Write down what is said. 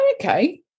okay